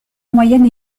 moyenne